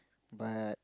but